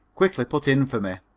quickly put in for me